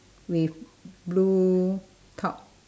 with blue top